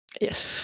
Yes